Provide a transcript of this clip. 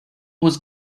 was